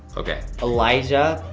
okay. elijah